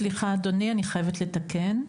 סליחה, אדוני, אני חייבת לתקן.